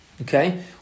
Okay